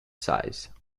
size